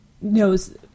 knows